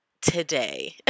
today